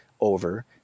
over